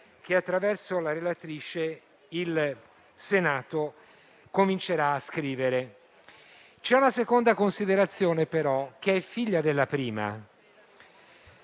che, attraverso la relatrice, il Senato comincerà a scrivere. C'è però una seconda considerazione, che è figlia della prima,